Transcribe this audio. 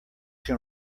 can